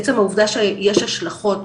עצם העובדה שיש השלכות